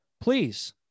please